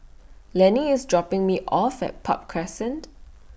Lanie IS dropping Me off At Park Crescent